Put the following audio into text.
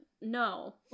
no